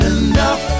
enough